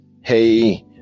hey